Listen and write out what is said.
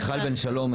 מיכל בן שלום,